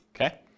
okay